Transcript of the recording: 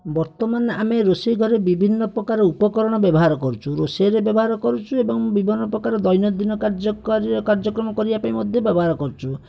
ବର୍ତ୍ତମାନ ଆମେ ରୋଷେଇଘରେ ବିଭିନ୍ନପ୍ରକାର ଉପକରଣ ବ୍ୟବହାର କରୁଛୁ ରୋଷେଇରେ ବ୍ୟବହାର କରୁଛୁ ଏବଂ ବିଭିନ୍ନପ୍ରକାର ଦୈନନ୍ଦିନ କାର୍ଯ୍ୟକ୍ରମ କରିବା ପାଇଁ ମଧ୍ୟ ବ୍ୟବହାର କରୁଛୁ